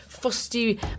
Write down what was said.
Fusty